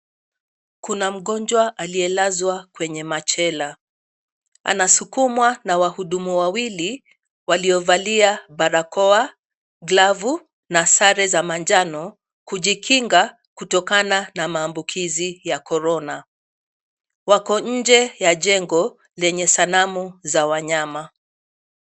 Kuna mgonjwa aliyelazwa kwenye machela anasukumwa na wahudumu wawili waliovalia barakoa, glavu na sare za manjano kujikinga kutokana na mambukizi ya korona. Wako nje ya jengo lenye sanamu za wanyama.